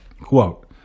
Quote